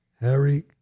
Harry